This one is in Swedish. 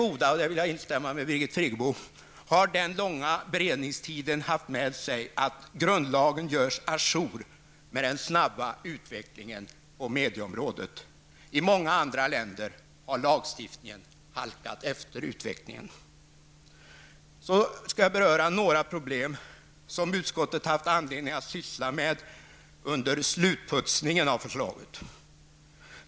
Jag vill instämma med Birgit Friggebo i att den långa beredningstiden har haft det goda med sig att grundlagen görs à jour med den snabba utvecklingen på medieområdet. I många andra länder har lagstiftningen halkat efter utvecklingen. Jag vill också beröra några problem som utskottet haft anledning att syssla med under slutputsningen av förslaget.